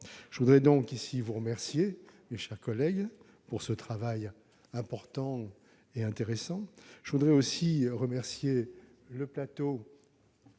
Je voudrais donc vous remercier, mes chers collègues, de ce travail important et intéressant. Je voudrais aussi remercier les